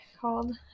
called